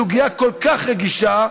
בסוגיה כל כך רגישה,